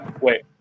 Wait